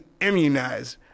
immunized